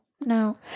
No